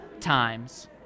times